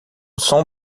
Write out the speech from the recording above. som